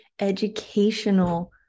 educational